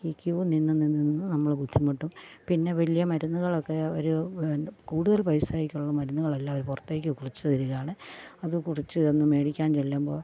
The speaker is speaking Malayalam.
ഈ ക്യൂ നിന്ന് നിന്ന് നിന്ന് നമ്മൾ ബുദ്ധിമുട്ടും പിന്നെ വലിയ മരുന്നുകളൊക്കെ ഒരു കൂടുതൽ പൈസയൊക്കെ ഉള്ള മരുന്നുകൾ എല്ലാം അവർ പുറത്തേക്ക് കുറിച്ച് തരികയാണ് അത് കുറിച്ച് തന്ന് മേടിക്കാൻ ചെല്ലുമ്പോൾ